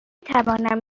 توانم